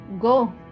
go